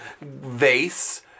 vase